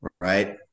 Right